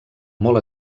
molt